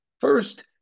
first